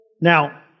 Now